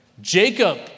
Jacob